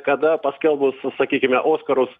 kada paskelbus sakykime oskarus